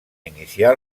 iniciar